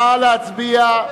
נא להצביע.